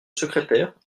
secrétaire